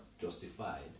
justified